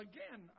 Again